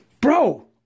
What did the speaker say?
bro